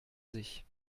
sich